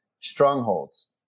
Strongholds